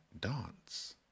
dance